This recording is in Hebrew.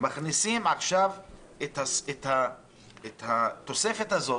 מכניסים עכשיו את התוספת הזאת,